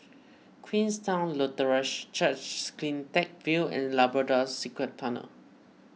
Queenstown Lutheran Church CleanTech View and Labrador Secret Tunnels